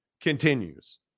continues